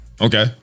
okay